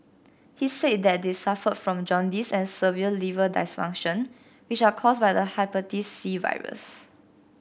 he said that they suffered from jaundice and severe liver dysfunction which are caused by the Hepatitis C virus